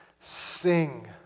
sing